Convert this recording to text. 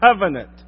covenant